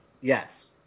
Yes